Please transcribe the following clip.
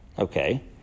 Okay